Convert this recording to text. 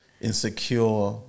insecure